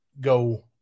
go